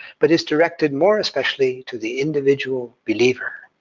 but is directed more especially to the individual believer.